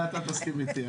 זה אתה תסכים איתי.